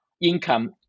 income